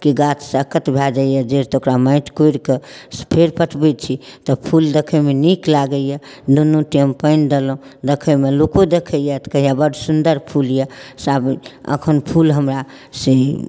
कि गाछ सक्कत भऽ जाइए जड़ि तऽ ओकरा माटि कोड़िके फेर पटबै छी तऽ फूल देखैमे नीक लगैए दुनू टाइम पानि देलहुँ देखैमे लोको देखैए तऽ कहैए बड़ सुन्दर फूल अइ साबुत एखन फूल हमरा से